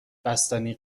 بستنی